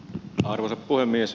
arvoisa puhemies